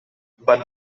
but